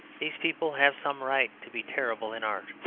these people have some right to be terrible in art,